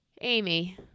Amy